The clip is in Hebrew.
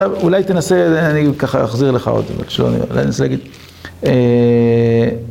אולי תנסה, אני ככה אחזיר לך אותו, בבקשה, אולי ננסה להגיד...